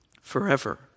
forever